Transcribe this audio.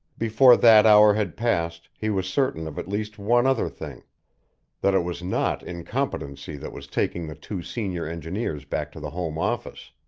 before that hour had passed he was certain of at least one other thing that it was not incompetency that was taking the two senior engineers back to the home office.